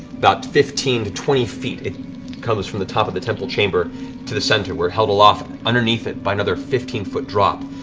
about fifteen to twenty feet it comes from the top of the temple chamber to the center, where held aloft underneath it by another fifteen foot drop,